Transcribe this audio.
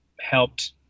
helped